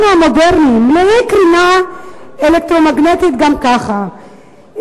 המודרניים מלאי קרינה אלקטרומגנטית גם ככה,